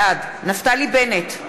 בעד נפתלי בנט,